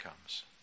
comes